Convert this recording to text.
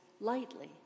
lightly